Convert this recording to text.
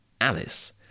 Alice